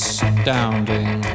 astounding